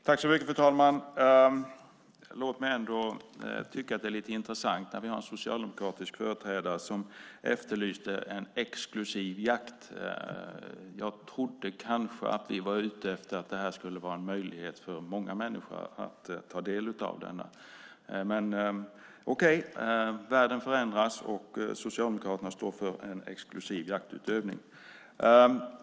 Fru talman! Låt mig tycka att det är lite intressant att vi har en socialdemokratisk företrädare som efterlyser en exklusiv jakt. Jag trodde kanske att vi var ute efter att det skulle finnas möjlighet för många människor att ta del av detta. Men okej, världen förändras, och Socialdemokraterna står för en exklusiv jaktutövning.